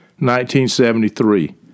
1973